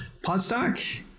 Podstock